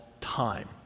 time